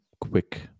quick